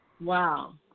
Wow